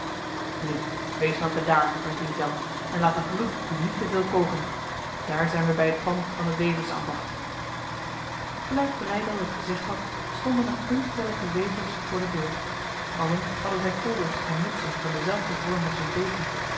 nu wees maar bedaard mijn vriend jan en laat het bloed u niet te veel koken daar zijn wij bij het pand van het weversambacht gelijk breydel het gezegd had stonden er ontellijke wevers voor de deur allen hadden zij kolders en mutsen van dezelfde vorm als hun deken